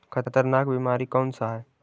खतरनाक बीमारी कौन सा है?